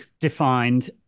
defined